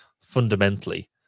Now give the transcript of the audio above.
fundamentally